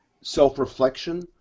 self-reflection